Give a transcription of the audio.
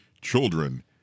children